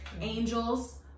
angels